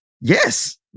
Yes